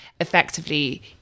effectively